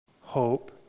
Hope